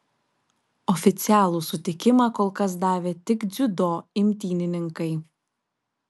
oficialų sutikimą kol kas davė tik dziudo imtynininkai